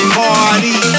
party